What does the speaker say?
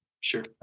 sure